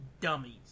Dummies